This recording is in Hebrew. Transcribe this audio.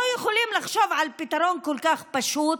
לא יכולים לחשוב על פתרון כל כך פשוט?